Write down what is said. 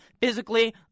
physically